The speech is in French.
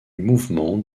mouvement